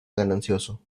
ganancioso